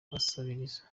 basabiriza